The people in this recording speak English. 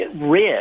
red